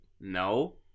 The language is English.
No